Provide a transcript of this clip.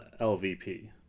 LVP